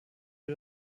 für